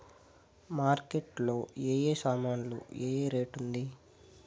Market లో ఏ ఏ సామాన్లు ఏ ఏ రేటు ఉంది?